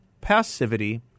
passivity